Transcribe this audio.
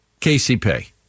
KCP